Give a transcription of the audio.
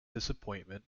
disappointment